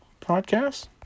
Podcast